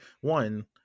one